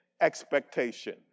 expectation